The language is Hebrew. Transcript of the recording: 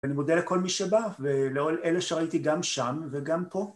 ואני מודה לכל מי שבא, ואלה שראיתי גם שם וגם פה.